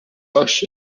bush